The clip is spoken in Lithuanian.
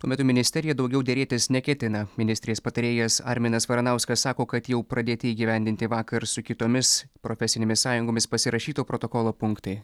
tuo metu ministerija daugiau derėtis neketina ministrės patarėjas arminas varanauskas sako kad jau pradėti įgyvendinti vakar su kitomis profesinėmis sąjungomis pasirašyto protokolo punktai